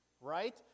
Right